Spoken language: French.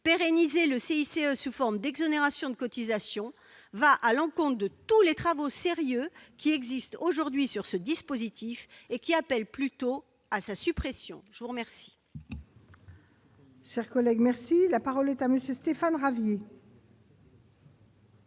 Pérenniser le CICE sous forme d'exonération de cotisations va à l'encontre de tous les travaux sérieux qui existent aujourd'hui sur ce dispositif et qui appellent plutôt à sa suppression. La parole